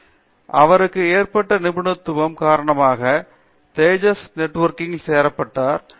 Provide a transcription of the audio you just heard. பேராசிரியர் தீபா வெங்கடேஷ் அவருக்கு ஏற்பட்ட நிபுணத்துவம் காரணமாக தேஜாஸ் நெட்வொர்க்கில் சேர்க்கப்பட்டார்